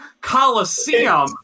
Coliseum